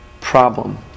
problem